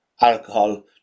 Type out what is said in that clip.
alcohol